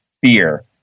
fear